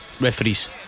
referees